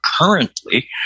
currently